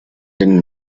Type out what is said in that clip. den